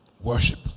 worship